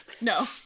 no